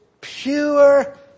pure